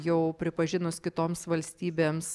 jau pripažinus kitoms valstybėms